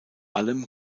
allem